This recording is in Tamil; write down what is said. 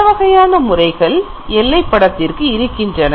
பல வகையான முறைகள் எல்லை படத்திற்கு இருக்கின்றன